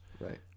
Right